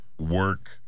work